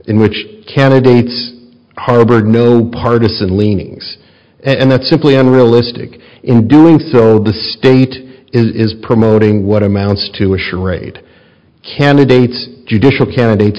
in which candidate harbored no partisan leanings and that's simply unrealistic in doing so the state is promoting what amounts to a charade candidate judicial candidate